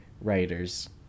writers